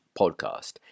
podcast